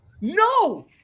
No